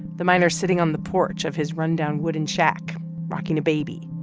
the miner's sitting on the porch of his rundown wooden shack rocking a baby.